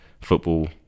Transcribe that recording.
football